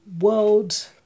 world